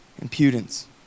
impudence